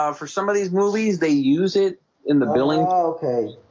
um for some of these movies they use it in the billing. okay,